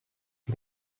die